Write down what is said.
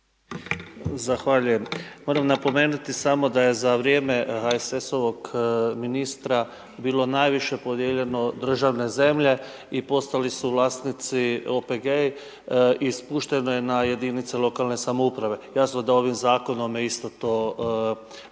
Zahvaljujem. Moram napomenuti samo da je za vrijeme HSS-ovog ministra bilo najviše podijeljeno državne zemlje i postali su vlasnici OPG i spuštene na jedinice lokalne samouprave. Jasno da ovim Zakonom je isto to vraćeno,